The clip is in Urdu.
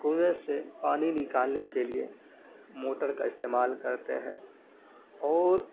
کنویں سے پانی نکالنے کے لیے موٹر کا استعمال کرتے ہیں اور